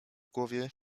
głowie